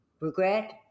regret